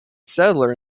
settler